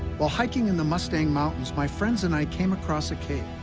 while hiking in the mustang mountains, my friends and i came across a cave.